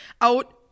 out